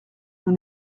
nous